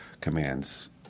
commands